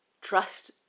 trust